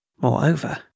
Moreover